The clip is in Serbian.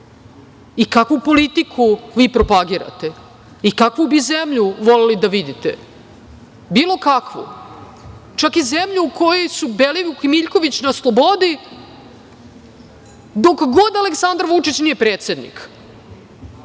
Kakvu politiku vi propagirate i kakvu bi zemlju voleli da vidite? Bilo kakvu, čak i zemlju u kojoj su Belivuk i Miljković na slobodi, dok god Aleksandar Vučić nije predsednik.